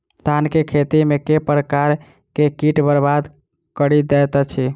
धान केँ खेती मे केँ प्रकार केँ कीट बरबाद कड़ी दैत अछि?